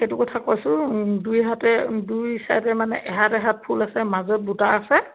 সেইটো কথা কৈছোঁ দুইহাতে দুই চাইডে মানে এহাত এহাত ফুল আছে মাজত বুটা আছে